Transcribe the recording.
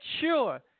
sure